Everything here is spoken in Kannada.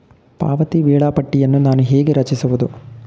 ಪಾವತಿ ವೇಳಾಪಟ್ಟಿಯನ್ನು ನಾನು ಹೇಗೆ ರಚಿಸುವುದು?